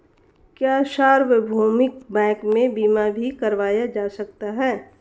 क्या सार्वभौमिक बैंक में बीमा भी करवाया जा सकता है?